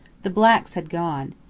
the blacks had gone.